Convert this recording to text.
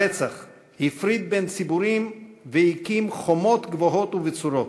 הרצח הפריד בין ציבורים והקים חומות גבוהות ובצורות,